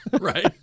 right